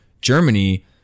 Germany